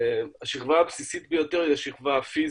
השכבה הבסיסית ביותר היא השכבה הפיזית,